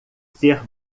ser